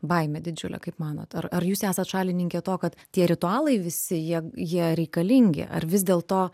baimę didžiulę kaip manot ar ar jūs esat šalininkė to kad tie ritualai visi jie jie reikalingi ar vis dėlto